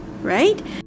right